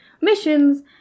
missions